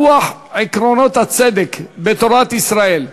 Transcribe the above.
ברוח עקרונות הצדק בתורת ישראל,